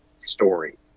story